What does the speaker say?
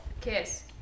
kiss